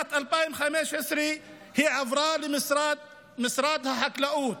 בשנת 2015 היא עברה למשרד החקלאות,